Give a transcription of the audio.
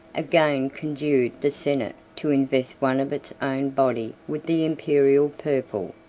again conjured the senate to invest one of its own body with the imperial purple.